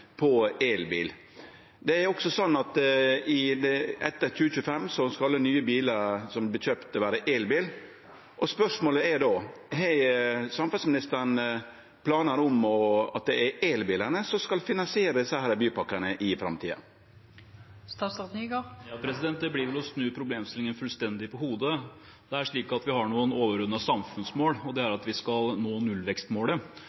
elbil. Det er også sånn at etter 2025 skal alle nye bilar som vert kjøpte, vere elbil. Spørsmålet er då: Har samferdselsministeren planar om at det er elbilane som skal finansiere bypakkane i framtida? Det blir å snu problemstillingen fullstendig på hodet. Vi har noen overordnede samfunnsmål, og det er at vi skal nå nullvekstmålet. Og når vi nå ser at kollektivtransporten sliter etter pandemien, er